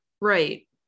right